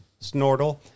Snortle